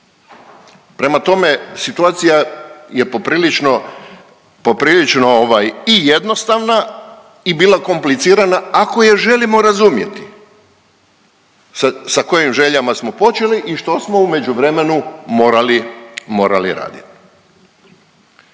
Prema tome, situacija je poprilično i jednostavna i bila komplicirana ako je želimo razumjeti sa kojim željama smo počeli i što smo u međuvremenu morali raditi.